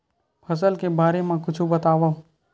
फसल के बारे मा कुछु बतावव